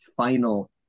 final